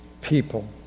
people